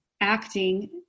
acting